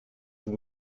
vous